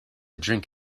drink